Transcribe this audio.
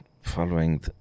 following